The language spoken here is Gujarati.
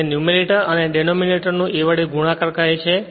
જેને ન્યૂમરેટર અને ડેનોમીનેટર નો a વડે ગુણાકાર કહે છે